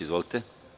Izvolite.